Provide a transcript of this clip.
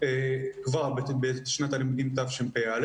כבר בשנת הלימודים תשפ"א.